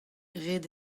ret